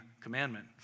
commandment